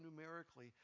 numerically